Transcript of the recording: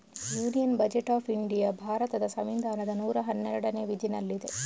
union budget of India ಭಾರತದ ಸಂವಿಧಾನದ ನೂರಾ ಹನ್ನೆರಡನೇ ವಿಧಿನಲ್ಲಿದೆ